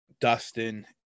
dustin